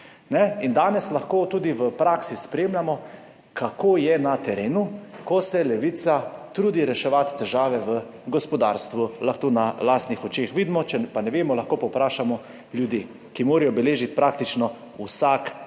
Danes lahko tudi v praksi spremljamo, kako je na terenu, ko se Levica trudi reševati težave v gospodarstvu. Lahko to vidimo na lastnih očeh, če pa ne vemo, pa lahko vprašamo ljudi, ki morajo beležiti praktično vsak